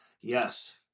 Yes